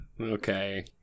Okay